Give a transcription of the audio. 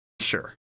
Sure